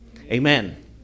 Amen